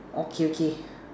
okay okay